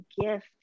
gift